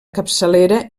capçalera